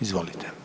Izvolite.